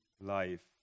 life